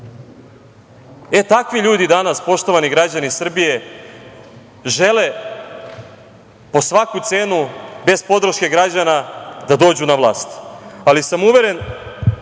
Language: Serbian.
genocid? Takvi ljudi danas, poštovani građani Srbije, žele po svaku cenu bez podrške građana da dođu na vlast, ali sam uveren